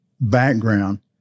background